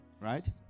right